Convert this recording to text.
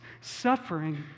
suffering